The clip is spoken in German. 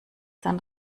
dann